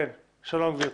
שלום, גברתי.